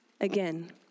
again